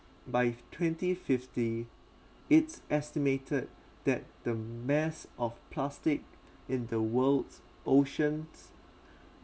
by twenty fifty it's estimated that the mass of plastic in the world's oceans